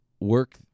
work